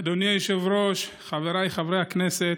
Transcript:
אדוני היושב-ראש, חבריי חברי הכנסת,